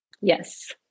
Yes